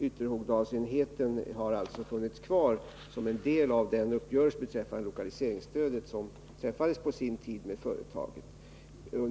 Ytterhogdalsenheten har alltså funnits kvar enligt den uppgörelse beträffande lokaliseringsstödet som på sin tid träffades med företaget.